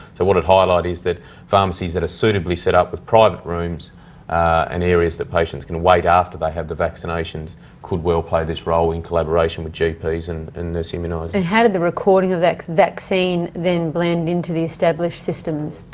so what i'd highlight is pharmacies that are suitably set up with private rooms and areas that patients can wait after they have the vaccinations could well play this role in collaboration with gps and and nurse immunisers. and how did the recording of that vaccine then blend into the established systems?